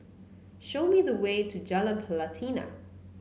show me the way to Jalan Pelatina